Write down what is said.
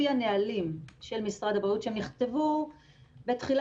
לפי הנהלים של משרד הבריאות שנכתבו לדעתי,